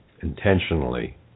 intentionally